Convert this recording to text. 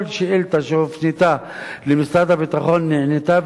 כל שאילתא שהופנתה אל משרד הביטחון נענתה,